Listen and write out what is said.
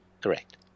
correct